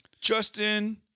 Justin